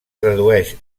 tradueix